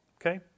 Okay